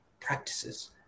practices